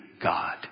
God